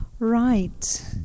Right